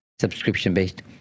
subscription-based